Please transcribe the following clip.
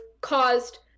caused